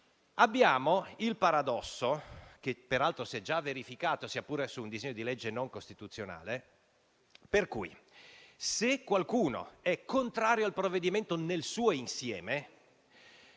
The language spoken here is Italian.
crea un paradosso, che peraltro si è già verificato, sia pure su un disegno di legge non costituzionale. Il paradosso è che, se qualcuno è contrario al provvedimento nel suo insieme